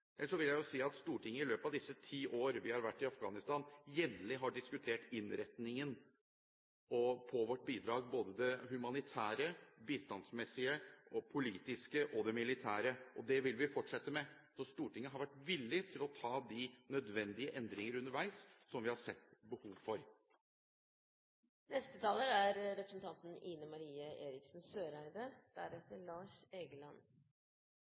vil jeg si at Stortinget i løpet av disse ti årene vi har vært i Afghanistan, jevnlig har diskutert innretningen på vårt bidrag, både det humanitære, det bistandsmessige, det politiske og det militære. Det vil vi fortsette med. Så Stortinget har vært villig til å gjøre de nødvendige endringer, som vi har sett behov